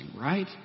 right